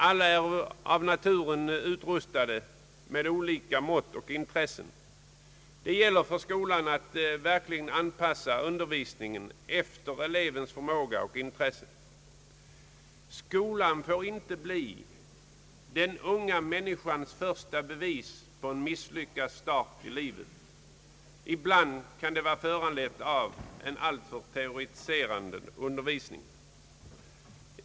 Alla är av naturen utrustade med olika mått av förmåga och med olika intresse. Det gäller för skolan att verkligen anpassa undervisningen efter elevens förmåga och intressen. Skolan bör inte bli den unga människans första bevis på en misslyckad start i livet, ibland föranlett av en alltför teoretiserande undervisning.